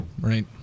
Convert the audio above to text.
Right